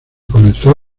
comenzó